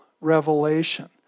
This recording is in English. revelation